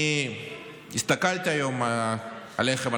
אני הסתכלתי היום עליכם,